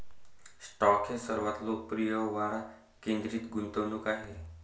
stock हे सर्वात लोकप्रिय वाढ केंद्रित गुंतवणूक आहेत